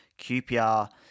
QPR